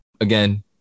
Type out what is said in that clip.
again